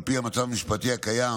על פי המצב המשפטי הקיים,